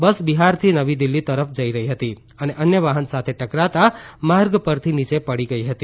બસ બિહારથી નવી દિલ્ફી તરફ જઈ રહી હતી અને અન્ય વાહન સાથે ટકરાતાં માર્ગ પરથી નીચે પડી ગઈ હતી